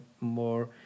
more